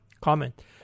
Comment